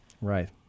Right